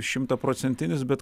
šimtaprocentinis bet